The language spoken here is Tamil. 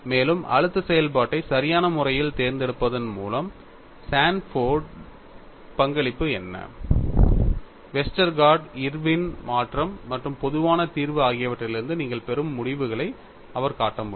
மேலும் அழுத்த செயல்பாட்டை சரியான முறையில் தேர்ந்தெடுப்பதன் மூலம் சான்போர்டின் பங்களிப்பு என்ன வெஸ்டர்கார்ட் இர்வின் மாற்றம் மற்றும் பொதுவான தீர்வு ஆகியவற்றிலிருந்து நீங்கள் பெறும் முடிவுகளை அவர் காட்ட முடியும்